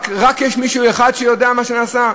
יש רק אחד שיודע מה שנעשה?